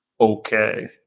okay